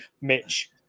Mitch